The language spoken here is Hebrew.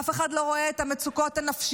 אף אחד לא רואה את המצוקות הנפשיות,